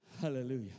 Hallelujah